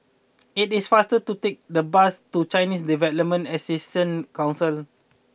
it is faster to take the bus to Chinese Development Assistance Council